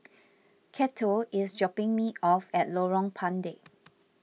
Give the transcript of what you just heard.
Cato is dropping me off at Lorong Pendek